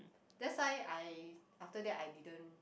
that's why I after that I didn't